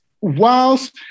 whilst